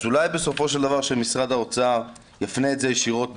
אז אולי בסופו של דבר שמשרד האוצר יפנה את זה ישירות,